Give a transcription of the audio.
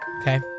Okay